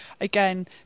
again